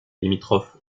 limitrophe